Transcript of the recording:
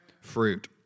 fruit